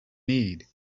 need